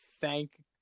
thank